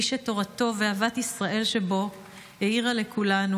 איש שתורתו ואהבת ישראל שבו האירו לכולנו.